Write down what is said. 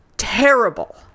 terrible